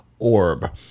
Orb